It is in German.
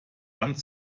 wand